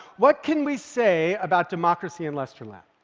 what can we say about democracy in lesterland?